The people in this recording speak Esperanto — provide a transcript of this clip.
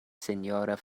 sinjoro